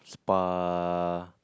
spa